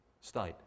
state